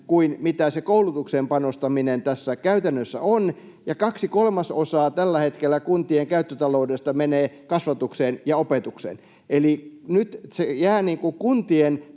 kuin mitä se koulutukseen panostaminen tässä käytännössä on, ja tällä hetkellä kaksi kolmasosaa kuntien käyttötaloudesta menee kasvatukseen ja opetukseen. Eli nyt se koulutuksen